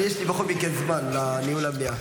יש לי בכל מקרה זמן לניהול המליאה.